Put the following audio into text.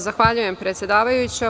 Zahvaljujem predsedavajuća.